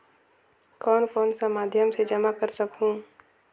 कौन कौन सा माध्यम से जमा कर सखहू?